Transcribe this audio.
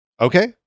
Okay